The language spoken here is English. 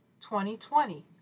2020